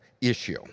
issue